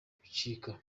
ibicika